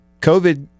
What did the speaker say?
COVID